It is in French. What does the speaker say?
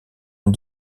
une